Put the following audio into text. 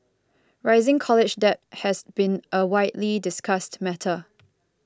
rising college debt has been a widely discussed matter